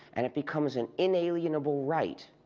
and it becomes an inalienable right